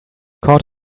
caught